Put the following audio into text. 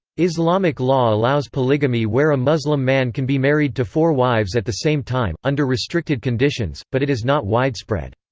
islamic law allows polygamy where a muslim man can be married married to four wives at the same time, under restricted conditions, but it is not widespread.